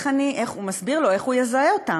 הוא מסביר לו איך הוא יזהה אותם: